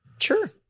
Sure